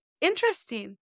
interesting